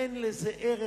אין לזה ערך